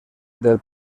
del